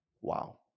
Wow